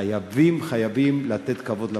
חייבים, חייבים לתת כבוד למשפחות.